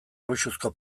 luxuzko